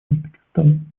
узбекистан